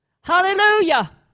Hallelujah